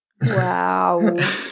Wow